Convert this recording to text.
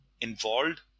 involved